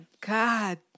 god